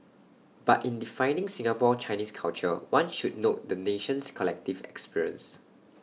but in defining Singapore Chinese culture one should note the nation's collective experience